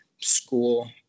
school